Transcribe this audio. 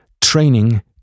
training